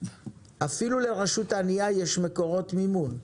אפילו לרשות ענייה יש מקורות מימון.